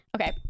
okay